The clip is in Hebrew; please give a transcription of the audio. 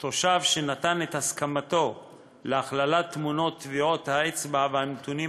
תושב שנתן את הסכמתו להכללת תמונות טביעות האצבע והנתונים